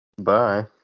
Bye